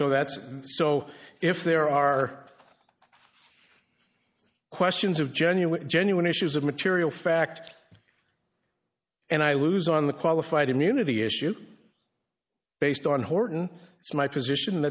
so that's so if there are questions of genuine genuine issues of material fact and i lose on the qualified immunity issue based on horton it's my position